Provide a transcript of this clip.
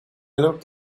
looked